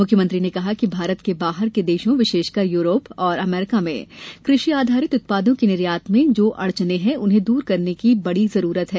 मुख्यमंत्री ने कहा कि भारत के बाहर के देशों विशेषकर यूरोप और अमेरिका में कृषि आधारित उत्पादों के निर्यात में जो अड़चनें हैं उन्हें दूर करने की बड़ी जरूरत है